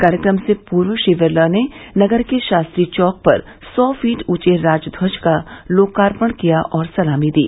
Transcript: कार्यक्रम से पूर्व श्री बिरला ने नगर के शास्त्री चौक पर सौ फीट ऊंचे राष्ट्रध्वज का लोकार्पण किया और सलामी दी